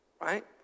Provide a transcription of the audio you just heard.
right